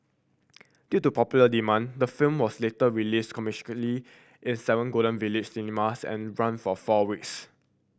due to popular demand the film was later released commercially in seven Golden Village cinemas and ran for four weeks